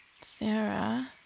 Sarah